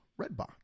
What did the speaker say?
Redbox